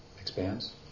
expands